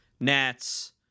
Nats